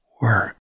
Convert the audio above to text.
work